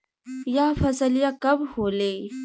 यह फसलिया कब होले?